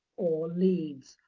or leeds,